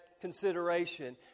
consideration